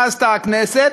מה עשתה הכנסת?